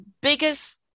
biggest